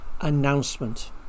announcement